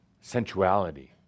sensuality